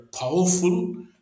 powerful